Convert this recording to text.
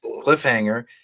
Cliffhanger